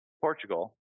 Portugal